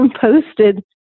posted